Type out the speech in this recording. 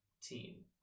team